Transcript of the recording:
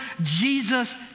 Jesus